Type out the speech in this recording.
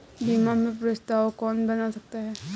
बीमा में प्रस्तावक कौन बन सकता है?